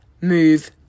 move